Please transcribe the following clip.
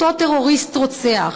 את אותו טרוריסט רוצח.